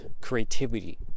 creativity